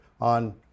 on